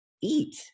eat